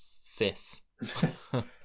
fifth